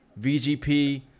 VGP